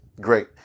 Great